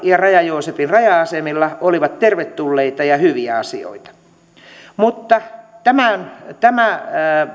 ja raja joosepin raja asemilla olivat tervetulleita ja hyviä asioita mutta tämä